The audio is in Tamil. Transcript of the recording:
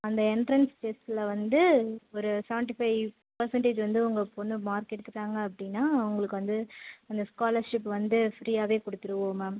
அந்த எண்ட்ரன்ஸ் டெஸ்ட்டில் வந்து ஒரு செவன்ட்டி ஃபைவ் பர்சண்டேஜ் வந்து உங்கள் பொண்ணு மார்க் எடுத்துட்டாங்க அப்படின்னா உங்களுக்கு வந்து அந்த ஸ்காலர்ஷிப் வந்து ஃப்ரீயாகவே கொடுத்துருவோம் மேம்